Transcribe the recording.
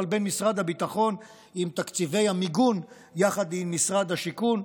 בין משרדי הביטחון עם תקציבי המיגון יחד עם משרד השיכון.